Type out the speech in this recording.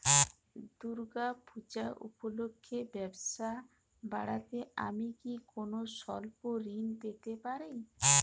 দূর্গা পূজা উপলক্ষে ব্যবসা বাড়াতে আমি কি কোনো স্বল্প ঋণ পেতে পারি?